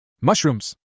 Mushrooms